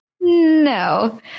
no